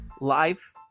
life